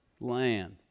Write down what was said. land